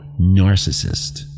narcissist